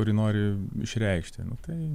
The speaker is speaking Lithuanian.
kurį nori išreikšti nu tai